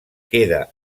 queda